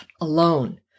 alone